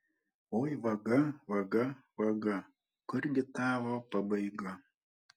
oi vaga vaga vaga kurgi tavo pabaiga